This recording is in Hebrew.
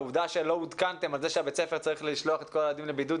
העובדה שלא עודכנתם על זה שבית הספר צריך לשלוח את כל הילדים לבידוד,